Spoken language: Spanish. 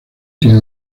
tiene